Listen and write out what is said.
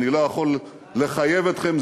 אני לא יכול לחייב אתכם,